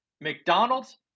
McDonald's